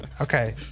Okay